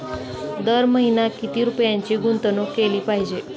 दर महिना किती रुपयांची गुंतवणूक केली पाहिजे?